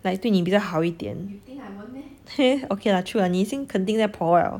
like 对你比较好一点 heh okay lah true lah 你已经肯定在 por liao